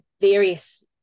various